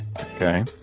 Okay